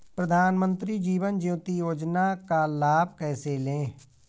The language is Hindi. प्रधानमंत्री जीवन ज्योति योजना का लाभ कैसे लें?